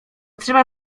trzeba